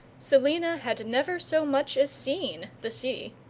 selina had never so much as seen the sea